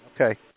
Okay